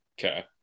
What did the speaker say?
Okay